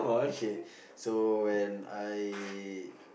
okay so when I